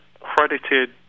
credited